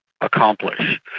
accomplish